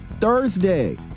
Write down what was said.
Thursday